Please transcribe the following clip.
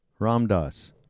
Ramdas